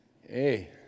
Hey